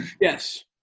Yes